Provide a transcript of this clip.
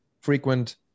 frequent